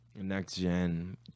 next-gen